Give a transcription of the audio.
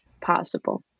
possible